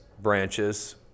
branches